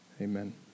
Amen